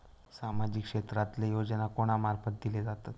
सामाजिक क्षेत्रांतले योजना कोणा मार्फत दिले जातत?